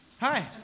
Hi